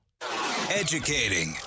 Educating